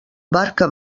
barca